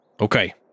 Okay